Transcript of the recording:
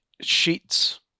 sheets